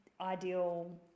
ideal